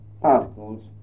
particles